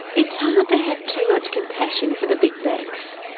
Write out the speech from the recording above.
it's hard to have too much compassion for the big banks.